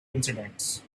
incidents